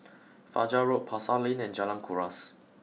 Fajar Road Pasar Lane and Jalan Kuras